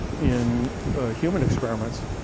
in human experiments,